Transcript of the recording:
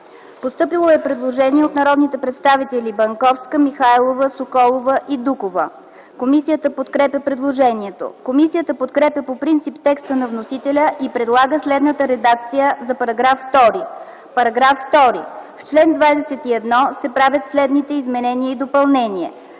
постъпило предложение от народните представители Банковска, Михайлова, Соколова и Дукова. Комисията подкрепя предложението. Комисията подкрепя по принцип текста на вносителя и предлага следната редакция за § 2: „§ 2. В чл. 21 се правят следните изменения и допълнения: